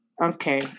okay